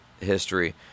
history